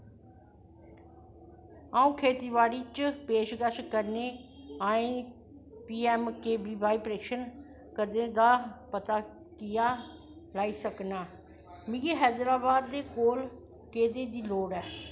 आऊं खेतीबाड़ी दी पेशकश करने आह्ले P M K V Y प्रशिक्षण केंदरें दा पता कि'यां लाई सकनां मिगी हैदराबाद दे कोल केंदरें दी लोड़ ऐ